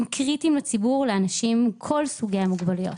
קריטיים לציבור לאנשים עם כל סוגי המוגבלויות.